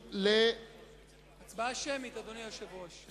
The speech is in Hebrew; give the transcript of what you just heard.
הצבעה שמית, אדוני היושב-ראש.